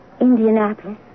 Indianapolis